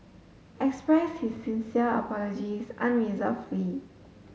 expressed his sincere apologies unreservedly